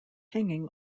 hanging